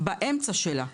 באמצע שלה,